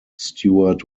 stewart